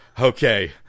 Okay